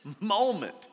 moment